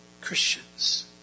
Christians